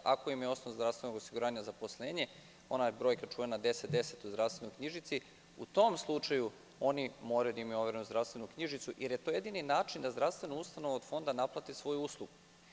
Ako im je osnov zdravstvenog osiguranja zaposlenje, ona brojka 1010 u zdravstvenoj knjižici, u tom slučaju oni moraju da imaju overenu zdravstvenu knjižicu jer je to jedini način da zdravstvena ustanova naplati svoju uslugu.